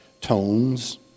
tones